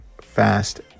fast